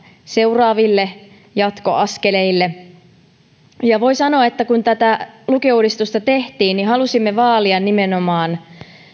seuraaville jatkoaskeleille voi sanoa että kun tätä lukiouudistusta tehtiin halusimme vaalia nimenomaan